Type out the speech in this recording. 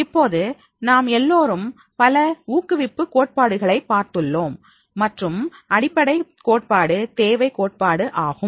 இப்போது நாம் எல்லோரும் பல ஊக்குவிப்பு கோட்பாடுகளை பார்த்துள்ளோம் மற்றும் அடிப்படை கோட்பாடு தேவை கோட்பாடு ஆகும்